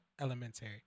elementary